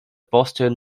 boston